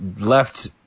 left